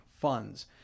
funds